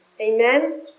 Amen